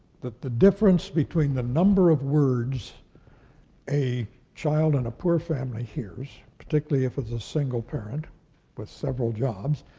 that the difference between the number of words a child in and a poor family hears, particularly if it's a single parent with several jobs,